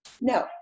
No